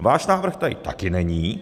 Váš návrh tady taky není.